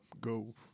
go